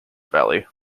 valley